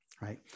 right